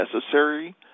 necessary